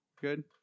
Good